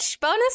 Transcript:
bonus